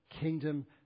kingdom